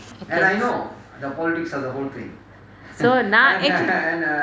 so now actually